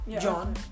John